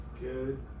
good